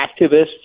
activists